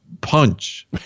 punch